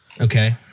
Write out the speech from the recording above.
Okay